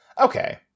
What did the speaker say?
okay